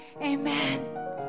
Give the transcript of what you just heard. Amen